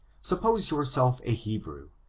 suppose yourself a hebrew,